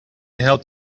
help